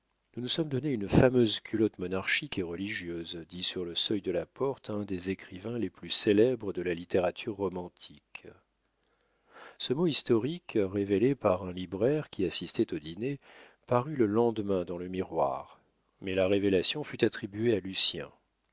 nous nous sommes donné une fameuse culotte monarchique et religieuse dit sur le seuil de la porte un des écrivains les plus célèbres de la littérature romantique ce mot historique révélé par un libraire qui assistait au dîner parut le lendemain dans le miroir mais la révélation fut attribuée à lucien